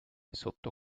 sotto